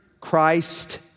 Christ